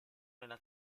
nella